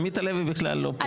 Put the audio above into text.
עמית הלוי בכלל לא פה.